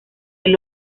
del